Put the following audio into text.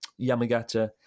Yamagata